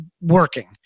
working